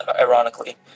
ironically